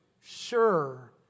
sure